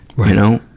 you know.